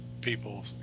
people